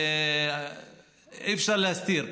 אי-אפשר להסתיר,